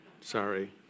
Sorry